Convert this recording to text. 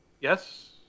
Yes